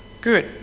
Good